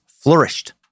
flourished